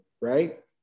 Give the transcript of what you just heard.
right